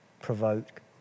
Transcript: provoke